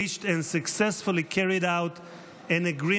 reached and successfully carried out an agreement